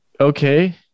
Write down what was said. okay